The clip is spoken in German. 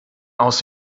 aus